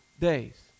days